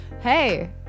Hey